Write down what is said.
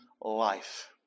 life